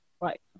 Right